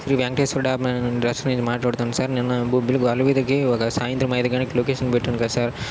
Shri Venkateswara dhaba restaurant నుండి మాట్లాడుతున్నాను sir నిన్న బొబ్బిలి గొల్లవీధికి ఒక సాయంత్రం ఐదు గంటలకి లొకేషన్ పెట్టాను కదా సార్